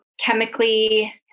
Chemically